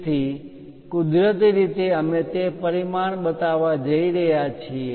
તેથી કુદરતી રીતે અમે તે પરિમાણ બતાવવા જઈ રહ્યા છીએ